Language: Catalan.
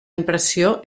impressió